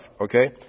Okay